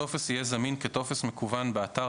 הטופס יהיה זמין כטופס מקוון באתר